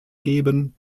geben